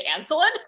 Anselin